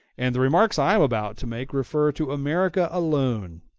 and the remarks i am about to make refer to america alone.